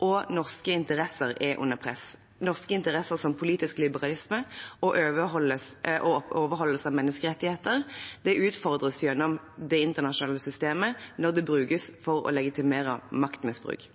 Og norske interesser er under press. Norske interesser som politisk liberalisme og overholdelse av menneskerettigheter utfordres gjennom det internasjonale systemet når det brukes for å legitimere maktmisbruk.